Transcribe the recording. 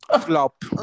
Flop